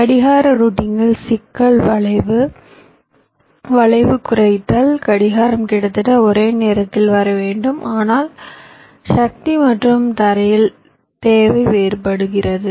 கடிகார ரூட்டிங்கில் சிக்கல் வளைவு வளைவு குறைத்தல் கடிகாரம் கிட்டத்தட்ட ஒரே நேரத்தில் வர வேண்டும் ஆனால் சக்தி மற்றும் தரையில் தேவை வேறுபட்டது